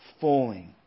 falling